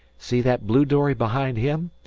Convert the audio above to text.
see that blue dory behind him?